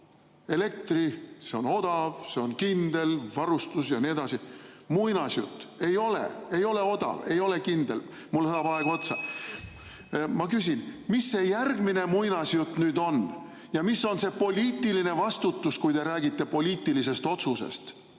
elektri, see on odav, see on kindel varustatus ja nii edasi. Muinasjutt! Ei ole! Ei ole odav, ei ole kindel! (Juhataja helistab kella.) Mul saab aeg otsa. Ma küsin: mis see järgmine muinasjutt nüüd on? Mis on see poliitiline vastutus, kui te räägite poliitilisest otsusest?